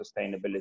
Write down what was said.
sustainability